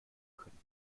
können